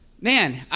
man